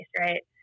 Right